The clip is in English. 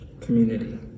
community